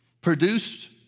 produced